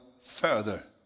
further